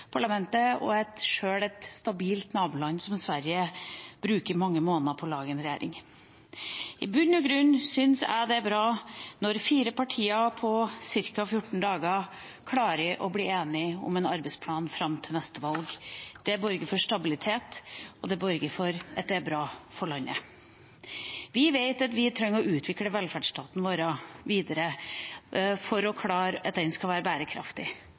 parlamentet, og der sjøl et stabilt naboland som Sverige bruker mange måneder på å lage en regjering. I bunn og grunn syns jeg det er bra når fire partier på ca. 14 dager klarer å bli enige om en arbeidsplan fram til neste valg. Det borger for stabilitet, og det borger for at det er bra for landet. Vi vet at vi trenger å utvikle velferdsstaten vår videre for at den skal være bærekraftig.